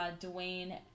Dwayne